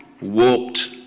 walked